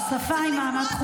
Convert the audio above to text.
זו שפה עם מעמד,